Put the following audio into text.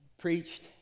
preached